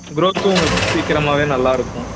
க்ரோத்துக்கும் உங்களுக் சீக்கிரமாகவே நல்லாயிருக்கும்